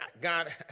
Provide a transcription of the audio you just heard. God